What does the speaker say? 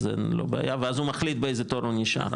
לא בעיה ואז הוא מחליט באיזה תור הוא נמצא,